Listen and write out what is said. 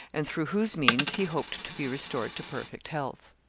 and through whose means he hoped to be restored to perfect health.